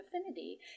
affinity